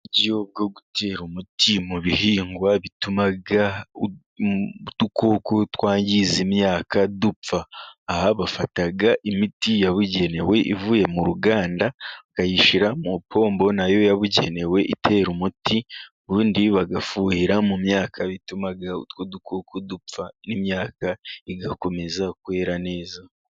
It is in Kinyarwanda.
Uburyo bwo gutera umuti mu bihingwa bituma udukoko twangiza imyaka dupfa. Aha bafata imiti yabugenewe ivuye mu ruganda, bakayishyira mu pombo na yo yabugenewe itera umuti. Ubundi bagafuhira mu myaka. bituma utwo dukoko dupfa n'imyaka igakomeza kwera neza.